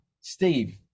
Steve